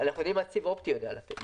אנחנו יודעים מה סיב אופטי יודע לעשות.